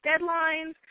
deadlines